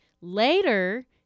Later